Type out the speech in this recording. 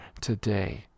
today